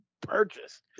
purchase